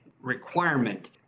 requirement